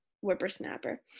whippersnapper